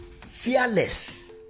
Fearless